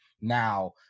Now